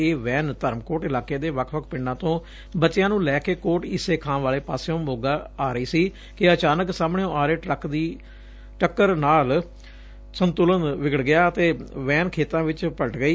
ਇਹ ਵੈਨ ਧਰਮਕੋਟ ਇਲਾਕੇ ਦੇ ਵੱਖ ਵੱਖ ਪਿੰਡਾਂ ਤੋ ਬੱਚਿਆਂ ਨੂੰ ਲੈ ਕੇ ਕੋਟ ਈਸੇ ਖਾਂ ਵਾਲੇ ਪਾਸਿਓਂ ਮੋਗਾ ਆ ਰਹੀ ਸੀ ਕਿ ਅਚਾਨਕ ਸਾਹਮਣਿਓਂ ਆ ਰਹੇ ਟਰੱਕ ਦੀ ਟਰੱਕ ਨਾਲ ਸੰਤੁਲਨ ਵਿਗੜਨ ਗਿਆ ਤੇ ਵੈਨ ਖੇਤਾਂ ਵਿਚ ਪਲਟ ਗਈ